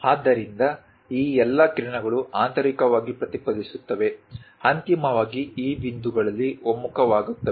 ಆದ್ದರಿಂದ ಈ ಎಲ್ಲಾ ಕಿರಣಗಳು ಆಂತರಿಕವಾಗಿ ಪ್ರತಿಫಲಿಸುತ್ತವೆ ಅಂತಿಮವಾಗಿ ಈ ಬಿಂದುಗಳಲ್ಲಿ ಒಮ್ಮುಖವಾಗುತ್ತವೆ